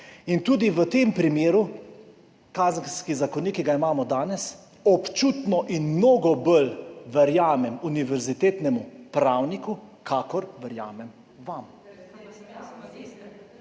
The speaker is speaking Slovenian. In tudi v tem primeru, kazenski zakonik, ki ga imamo danes, občutno in mnogo bolj verjamem univerzitetnemu pravniku, kakor verjamem vam